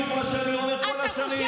אתם בדיוק מה שאני אומר כל השנים,